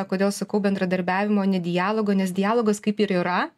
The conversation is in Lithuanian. kodėl sakau bendradarbiavimo ne dialogo nes dialogas kaip ir yra